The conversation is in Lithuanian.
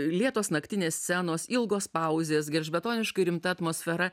lėtos naktinės scenos ilgos pauzės gelžbetoniškai rimta atmosfera